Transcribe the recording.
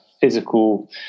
physical